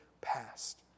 past